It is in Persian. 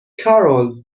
کارول